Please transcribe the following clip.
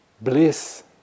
bliss